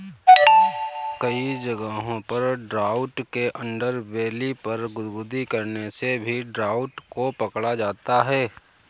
कई जगहों पर ट्राउट के अंडरबेली पर गुदगुदी करने से भी ट्राउट को पकड़ा जाता है